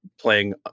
playing